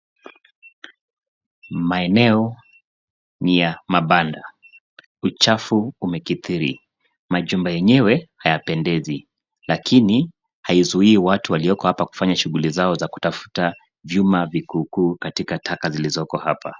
Maeneo ni ya mabanda. Uchafu umekithiri. Majumba yenyewe hayapendezi lakini haizui watu walioko kufanya shughuli zao za kutafuta vyuma vikuku katika taka zilizoko hapa.